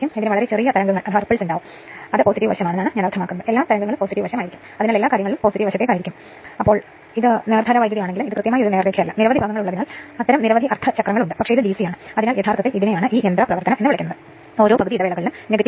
അതിനാൽ ട്രാൻസ്ഫോർമറിന്റെ ഒരൊറ്റ ഘട്ട ഘട്ടമായ 'പ്രശ്നം' പരിശോധിക്കുകയാണെങ്കിൽ ഇതാണ് പ്രാഥമിക വിൻഡിംഗിന്റെ പ്രതിരോധവും പ്രതിപ്രവർത്തനവും ഇതെല്ലാം നൽകിയിരിക്കുന്നു